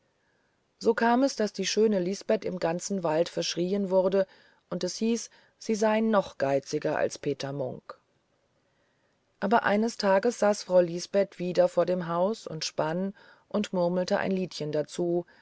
so kam es daß die schöne lisbeth im ganzen wald verschrieen wurde und es hieß sie sei noch geiziger als peter munk aber eines tages saß frau lisbeth wieder vor dem haus und spann und murmelte ein liedchen dazu